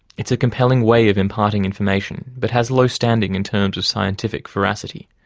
it's a compelling way of imparting information, but has low standing in terms of scientific veracity.